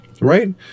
Right